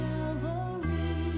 Calvary